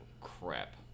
Crap